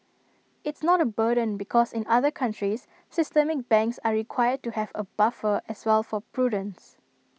it's not A burden because in other countries systemic banks are required to have A buffer as well for prudence